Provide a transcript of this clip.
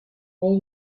all